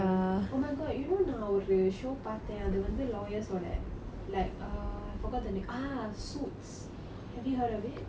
oh my god you know நான் ஒரு:naan oru show பார்த்தேன் அது வந்து:paartthen atu vanthu lawyers வோட:voda like err I forgot the name ah err suites have you heard of it